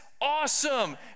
awesome